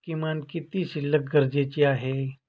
किमान किती शिल्लक गरजेची आहे?